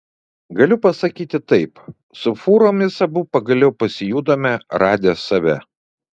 galiu pasakyti taip su fūromis abu pagaliau pasijutome radę save